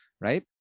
right